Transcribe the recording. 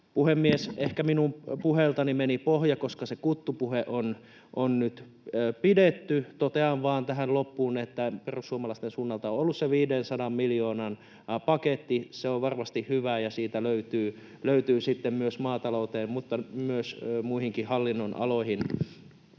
Puhemies! Ehkä minun puheeltani meni pohja, koska se kuttupuhe on nyt pidetty. To-tean vain tähän loppuun, että perussuomalaisten suunnalta on ollut se 500 miljoonan paketti. Se on varmasti hyvä, ja siitä löytyy sitten maatalouteen mutta myös muihinkin hallin- nonaloihin